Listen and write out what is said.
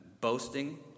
boasting